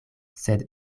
sed